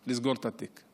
לסגור את התיק.